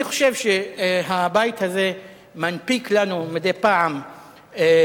אני חושב שהבית הזה מנפיק לנו מדי פעם אירועים,